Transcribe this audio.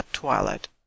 Twilight